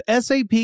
SAP